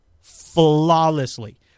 flawlessly